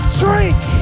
drink